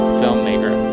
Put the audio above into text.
filmmaker